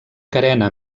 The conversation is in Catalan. carena